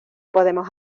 podemos